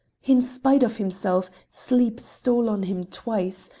in spite of himself, sleep stole on him twice,